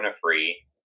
free